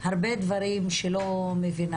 וציינתם בצדק, לא בכל בתי